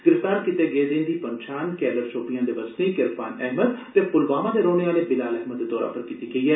गिरफ्तार कीते गेदें दी पंछान कैलर शोपियां दे बसनीक इरफान अहमद ते पुलवामा दे रौहने आले बिलाल अहमद दे तौरा पर कीती गेई ऐ